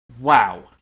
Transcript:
Wow